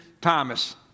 Thomas